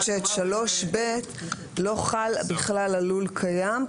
שסעיף 3(ב) לא חל בכלל על לול קיים.